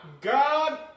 God